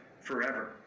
forever